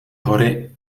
hory